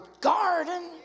garden